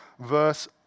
verse